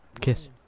Kiss